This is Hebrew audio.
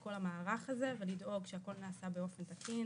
כל המערך הזה ולדאוג שהכול נעשה באופן תקין,